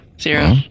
zero